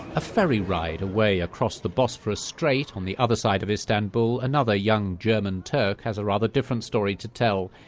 a ferry ride away across the bosphorus strait on the other side of istanbul another young german turk has a rather different story to tell.